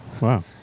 Wow